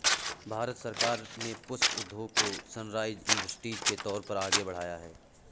भारत सरकार ने पुष्प उद्योग को सनराइज इंडस्ट्री के तौर पर आगे बढ़ाया है